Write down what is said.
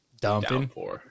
dumping